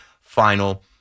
final